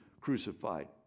crucified